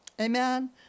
Amen